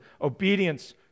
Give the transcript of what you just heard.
obedience